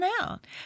out